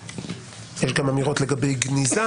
יש גם אמירות לגבי גניזה,